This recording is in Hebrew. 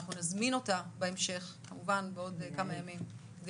אנחנו נזמין אותה בהמשך כמובן בעוד כמה ימים כדי